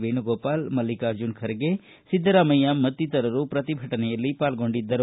ವೇಣುಗೋಪಾಲ್ ಮಲ್ಲಿಕಾರ್ಜುನ ಖರ್ಗೆ ಸಿದ್ದರಾಮಯ್ಯ ಮತ್ತಿತರರು ಪ್ರತಿಭಟನೆಯಲ್ಲಿ ಪಾಲ್ಗೊಂಡಿದ್ದರು